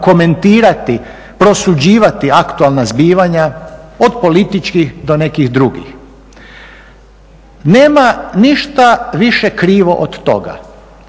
komentirati, prosuđivati aktualna zbivanja od političkih do nekih drugih. Nema ništa više krivo od toga,